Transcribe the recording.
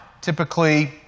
typically